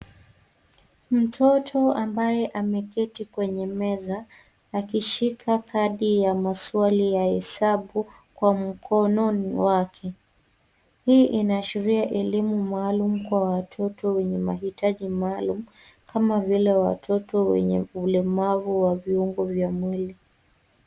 Mtoto ambaye ameketi kwenye meza akishika kadi ya maswali ya hesabu kwa mkono wake. Hii inaashiria elimu maalum kwa watoto wenye mahitaji maalum kama vile watoto wenye ulemavu wa viungo vya mwili.